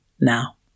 now